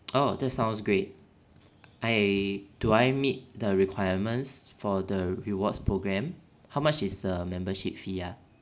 oh that sounds great I do I meet the requirements for the rewards programme how much is the membership fee ah